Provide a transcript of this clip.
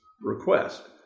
request